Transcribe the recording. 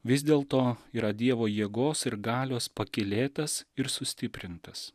vis dėlto yra dievo jėgos ir galios pakylėtas ir sustiprintas